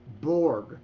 Borg